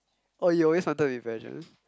oh you always wanted to be in pageant